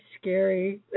scary